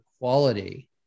quality